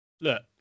look